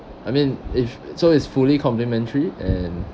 I mean if so it's fully complementary and